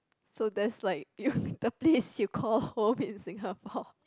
so that's like you the place you call home in Singapore